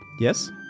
Yes